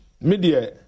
media